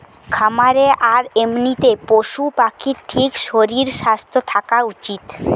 খামারে আর এমনিতে পশু পাখির ঠিক শরীর স্বাস্থ্য থাকা উচিত